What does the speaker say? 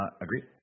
agreed